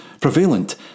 prevalent